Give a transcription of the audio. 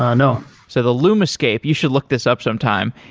ah no so the loom escape, you should look this up some time,